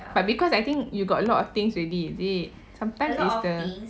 but because I think you got a lot of things already is it sometimes is the